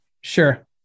Sure